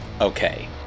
okay